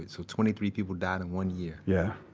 so twenty three people died in one year yeah.